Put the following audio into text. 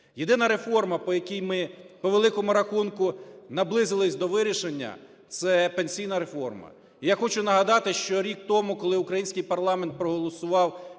Єдина реформа, по якій ми, по великому рахунку, наблизились до вирішення, – це пенсійна реформа. Я хочу нагадати, що рік тому, коли український парламент проголосував